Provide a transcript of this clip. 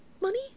money